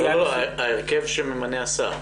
לא, ההרכב שממנה השר.